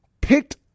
picked